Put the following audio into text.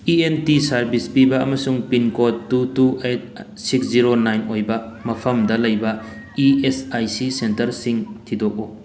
E N T service ꯄꯤꯕ ꯑꯃꯁꯨꯡ pin code two two eight six zero nine ꯑꯣꯏꯕ ꯃꯐꯝꯗ ꯂꯩꯕ ꯏ ꯑꯦꯁ ꯑꯥꯏ ꯁꯤ ꯁꯦꯟꯇꯔꯁꯤꯡ ꯊꯤꯗꯣꯛꯎ